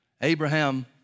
Abraham